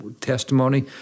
testimony